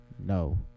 No